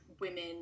women